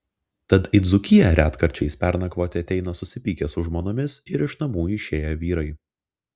tad į dzūkiją retkarčiais pernakvoti ateina susipykę su žmonomis ir iš namų išėję vyrai